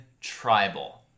Tribal